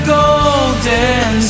golden